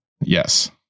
yes